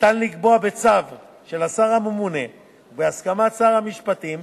ניתן לקבוע בצו של השר הממונה ובהסכמת שר המשפטים,